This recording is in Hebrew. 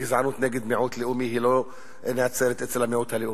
וגזענות נגד מיעוט לאומי לא נעצרת אצל המיעוט הלאומי.